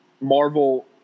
Marvel